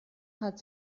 hat